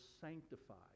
sanctified